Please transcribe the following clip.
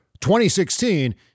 2016